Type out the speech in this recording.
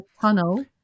tunnel